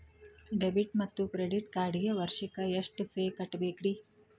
Debit ಮತ್ತು credit ಕಾರ್ಡ್ಗೆ ವರ್ಷಕ್ಕ ಎಷ್ಟ ಫೇ ಕಟ್ಟಬೇಕ್ರಿ?